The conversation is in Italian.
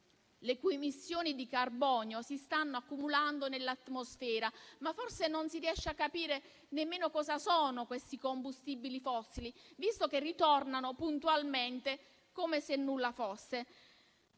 le cui emissioni di carbonio si stanno accumulando nell'atmosfera; ma forse non si riesce a capire nemmeno cosa siano questi combustibili fossili, visto che ritornano puntualmente come se nulla fosse.